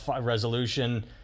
resolution